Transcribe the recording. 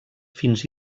fins